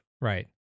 Right